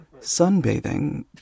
sunbathing